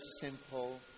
simple